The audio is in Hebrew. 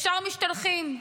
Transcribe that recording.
ישר משתלחים,